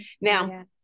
Now